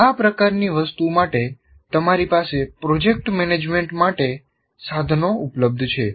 આ પ્રકારની વસ્તુ માટે તમારી પાસે પ્રોજેક્ટ મેનેજમેન્ટ માટે સાધનો ઉપલબ્ધ છે